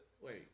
wait